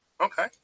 okay